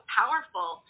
powerful